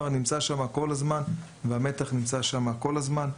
נמצא שם כל הזמן והמתח נמצא שם כל הזמן.